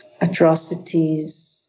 atrocities